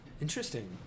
Interesting